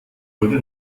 wurde